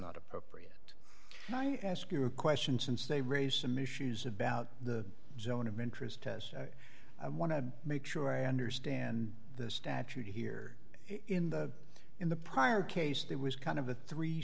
not appropriate now i ask you a question since they raise some issues about the zone of interest test i want to make sure i understand the statute here in the in the prior case there was kind of a three